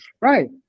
right